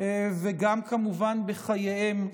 וגם כמובן בחייהם,